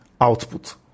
output